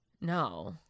no